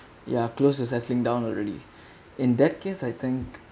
ya close to settling down already in that case I think